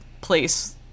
place